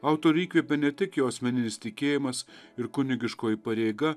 autorių įkvėpė ne tik jo asmeninis tikėjimas ir kunigiškoji pareiga